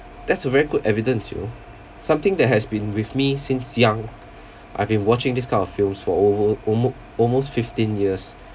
that's a very good evidence you know something that has been with me since young I've been watching this kind of films for over almo~ almost fifteen years